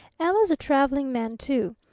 ella's a traveling man, too.